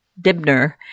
Dibner